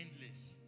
endless